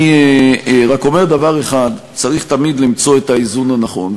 אני רק אומר דבר אחד: צריך תמיד למצוא את האיזון הנכון,